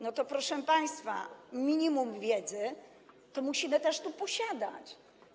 No proszę państwa, minimum wiedzy to musimy tu też posiadać.